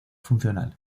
funcional